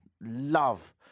love